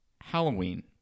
Halloween